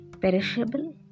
Perishable